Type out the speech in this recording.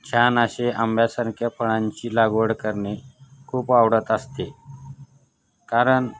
छान असे आंब्यासारख्या फळांची लागवड करणे खूप आवडत असते कारण